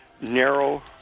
narrow